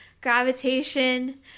Gravitation